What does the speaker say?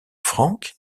franque